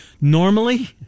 Normally